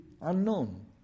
unknown